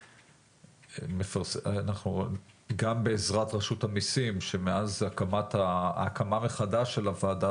גם בעזרת המסים שמאז ההקמה מחדש של הוועדה